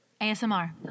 asmr